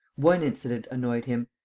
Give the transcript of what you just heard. one incident annoyed him.